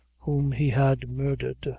whom he had murdered.